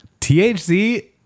THC